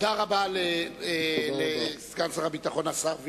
תודה רבה לסגן שר הביטחון מתן וילנאי.